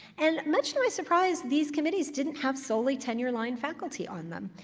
and much to my surprise, these committees didn't have solely tenure-line faculty on them.